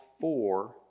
four